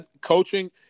coaching